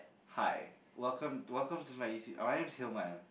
hi welcome welcome to my YouTube oh my name's Hilman